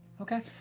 Okay